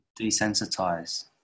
desensitize